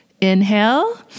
inhale